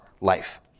life